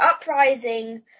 Uprising